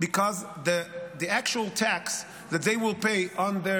because the actual tax that they will pay on their